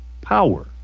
power